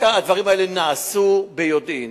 הדברים האלה נעשו ביודעין,